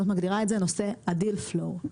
מגדירה את זה על נושא ה-Deal Flow.